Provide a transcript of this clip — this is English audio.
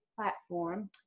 platform